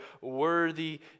worthy